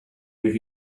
where